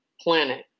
planet